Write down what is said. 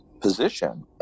position